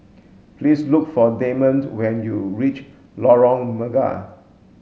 please look for Dameon when you reach Lorong Mega